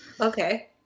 Okay